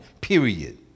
period